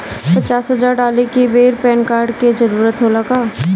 पचास हजार डाले के बेर पैन कार्ड के जरूरत होला का?